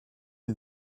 une